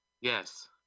Yes